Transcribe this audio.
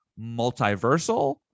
multiversal